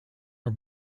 are